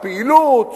הפעילות,